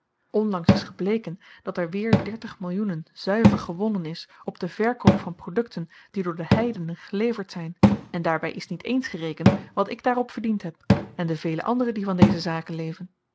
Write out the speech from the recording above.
onlangs is gebleken dat er weer dertig millioen zuiver gewonnen is op den verkoop van produkten die door de heidenen geleverd zyn en daarby is niet eens gerekend wat ik daarop verdiend heb en de vele anderen die van deze